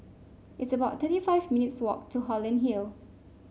it's about thirty five minutes' walk to Holland Hill